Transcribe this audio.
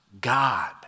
God